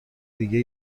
دیگه